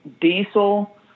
diesel